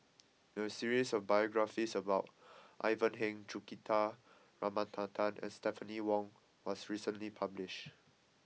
a series of biographies about Ivan Heng Juthika Ramanathan and Stephanie Wong was recently published